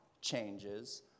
changes